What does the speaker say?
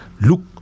Look